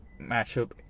matchup